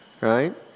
right